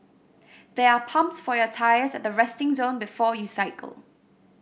there are pumps for your tyres at the resting zone before you cycle